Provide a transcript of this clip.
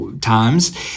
times